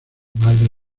madre